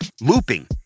looping